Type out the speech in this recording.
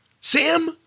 Sam